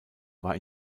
war